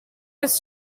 his